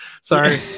sorry